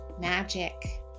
Magic